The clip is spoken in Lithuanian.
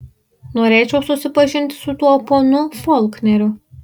norėčiau susipažinti su tuo ponu folkneriu